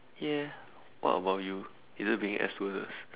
ya what about you is it being an air stewardess